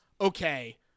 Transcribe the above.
Okay